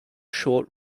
short